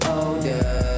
older